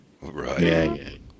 Right